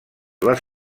les